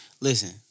Listen